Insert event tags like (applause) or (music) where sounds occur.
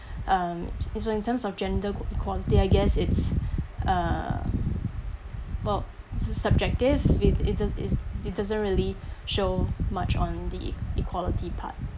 (breath) um so in terms of gender qua~ equality I guess it's uh well it's subjective it does it it doesn't really (breath) show much on the equality part